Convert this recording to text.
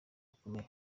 bakomeye